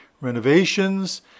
renovations